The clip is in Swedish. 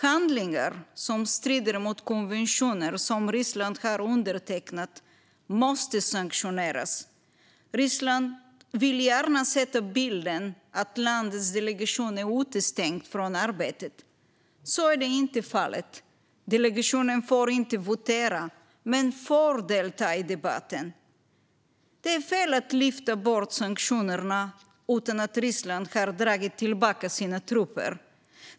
Handlingar som strider mot konventioner som Ryssland har undertecknat måste sanktioneras. Ryssland vill gärna skapa bilden att landets delegation är utestängd från arbetet. Så är inte fallet. Delegationen får inte votera men får delta i debatten. Det är fel att lyfta bort sanktionerna utan att Ryssland har dragit tillbaka sina trupper.